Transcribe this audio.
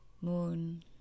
moon